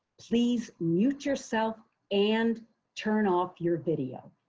please mute yourself and turn off your video.